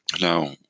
Now